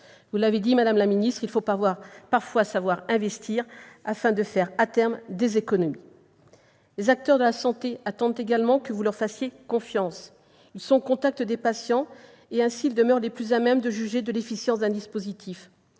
vous l'avez souligné, madame la ministre, il faut parfois savoir investir pour réaliser, à terme, des économies. Les acteurs de la santé attendent également que vous leur fassiez confiance : eux qui sont au contact des patients, ils demeurent les plus à même de juger de l'efficience d'un dispositif.